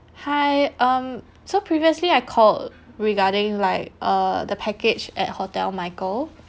hi um so previously I called regarding like uh the package at hotel michael